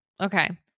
Okay